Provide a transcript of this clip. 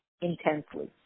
intensely